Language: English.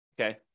okay